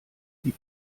die